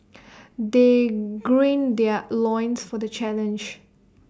they green their loins for the challenge